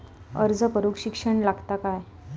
अर्ज करूक शिक्षण लागता काय?